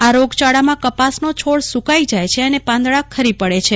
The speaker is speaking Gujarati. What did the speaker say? આ રોગચાળામાં કપાસનો છોડ સુકાઇ જાય છે અને પાંદડાં ખરી પડે છે